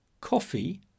coffee